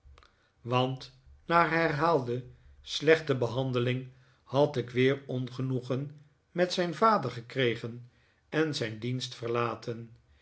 want na herhaalde slechte behandeling had ik weer ongenoegen met zijn vader gekregen en zijn dienst verlaten